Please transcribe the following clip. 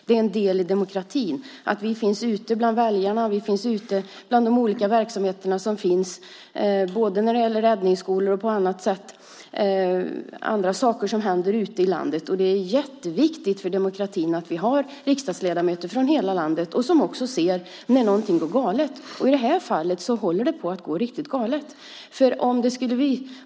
Det är en del i demokratin att vi finns ute bland väljarna, att vi finns ute bland de olika verksamheter som finns när det gäller räddningsskolor och på annat sätt när det händer saker ute i landet. Det är jätteviktigt att vi har riksdagsledamöter från hela landet som ser när någonting går galet. I det här fallet håller det på att gå riktigt galet.